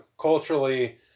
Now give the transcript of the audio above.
culturally